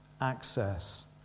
access